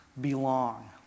belong